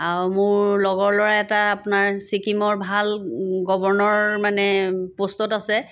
আৰু মোৰ লগৰ ল'ৰা এটা আপোনাৰ ছিকিমৰ ভাল গৱৰ্ণৰ মানে পষ্টত আছে